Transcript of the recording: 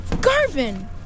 Garvin